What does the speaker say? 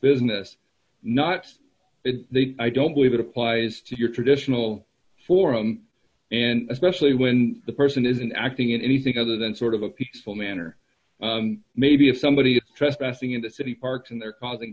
business not if they i don't believe it applies to your traditional forum and especially when the person isn't acting in anything other than sort of a peaceful manner maybe if somebody is trespassing in the city park and they're causing